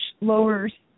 lowers –